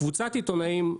קבוצת עיתונאים,